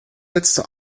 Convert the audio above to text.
letzte